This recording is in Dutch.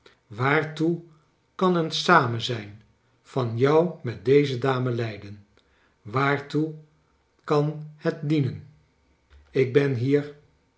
avaartoe kan een samenzijn van jou met deze dame leiden waartoe kan het dienen ik ben hier